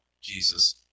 Jesus